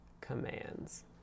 commands